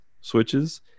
switches